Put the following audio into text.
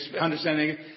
understanding